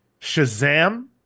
Shazam